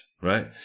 right